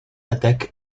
attack